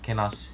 can lah